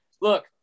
Look